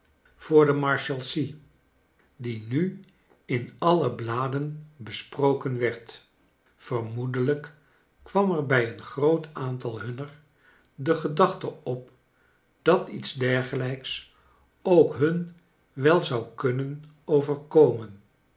voor kleine doerit de marshalsea die nu in alle bladen besproken werd vermoedelijk kwam er bij een groat aantal hunner de gedachte op dat iets dergelijks ook hun wel zou kunnen overkomen